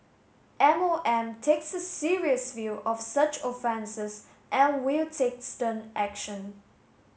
M O M takes a serious view of such offences and will take stern action